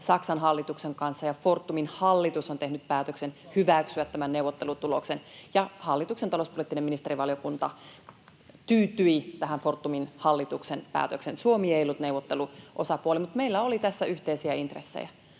Kuka maksaa?] ja Fortumin hallitus on tehnyt päätöksen hyväksyä tämän neuvottelutuloksen, ja hallituksen talouspoliittinen ministerivaliokunta tyytyi tähän Fortumin hallituksen päätökseen. Suomi ei ollut neuvotteluosapuoli, mutta meillä oli tässä yhteisiä intressejä.